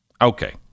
Okay